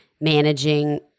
managing